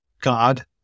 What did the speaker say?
God